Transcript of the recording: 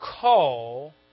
call